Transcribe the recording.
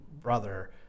brother